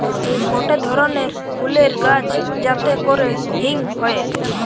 গটে ধরণের ফুলের গাছ যাতে করে হিং হয়ে